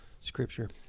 scripture